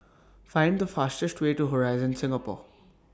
Find The fastest Way to Horizon Singapore